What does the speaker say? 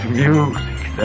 music